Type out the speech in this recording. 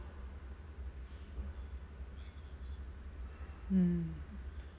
mm